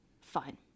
fine